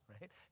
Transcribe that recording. right